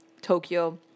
Tokyo